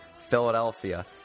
Philadelphia